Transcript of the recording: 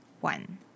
one